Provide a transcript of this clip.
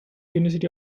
university